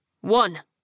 one